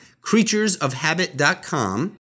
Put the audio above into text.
CreaturesOfHabit.com